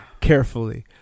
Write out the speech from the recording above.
Carefully